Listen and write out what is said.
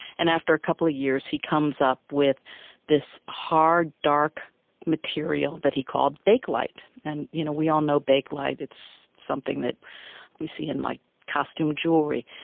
and after a couple of years he comes up with this hard, dark material that he called bakelite. and you know we all know bakelite, it's something that we see in like costume jewellery.